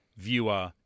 Viewer